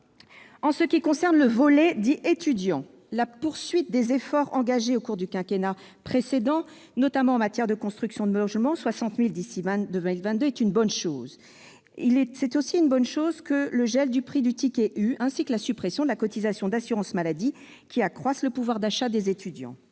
En ce qui concerne le volet « vie étudiante », la poursuite des efforts engagés au cours du précédent quinquennat, notamment en matière de construction de logements- 60 000 d'ici à 2022 -, est une bonne chose. Il en est de même du gel du prix du ticket RU et celui de la suppression de la cotisation d'assurance maladie, qui accroissent le pouvoir d'achat des étudiants.